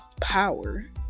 power